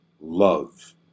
love